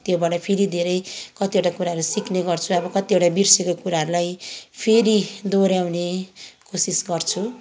त्योबाट फेरि धेरै कतिवटा कुराहरू सिक्ने गर्छु कतिवटा बिर्सेको कुराहरूलाई फेरि दोऱ्याउने कोसिस गर्छु